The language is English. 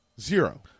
Zero